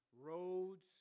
roads